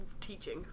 teaching